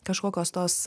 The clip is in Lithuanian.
kažkokios tos